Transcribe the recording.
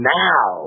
now